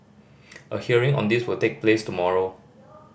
a hearing on this will take place tomorrow